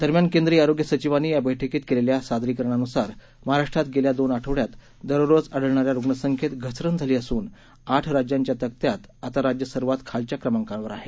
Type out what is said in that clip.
दरम्यान केंद्रीय आरोग्य सचिवांनी या बैठकीत केलेल्या सादरीकरणानुसार महाराष्ट्रात गेल्या दोन आठवड्यात दररोज आढळणाऱ्या रुग्ण संख्येत घसरण झाली असून आठ राज्यांच्या तक्त्यात आता राज्य सर्वात खालच्या क्रमांकावर आहे